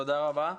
תודה רבה.